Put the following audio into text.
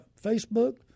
Facebook